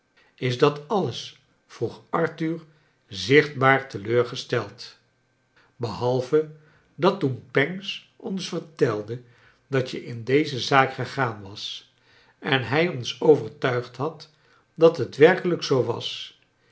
is dat alles vroeg arthur zichtbaar teleurgesteld behalve dat toen pancks ons vertelde dat je in deze zaak gegaan was en hij ons overtuigd had dat het werkelijk zoo was